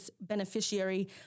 beneficiary